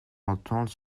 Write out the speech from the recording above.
entendre